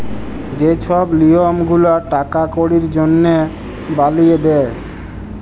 যে ছব লিয়ম গুলা টাকা কড়ির জনহে বালিয়ে দে